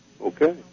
Okay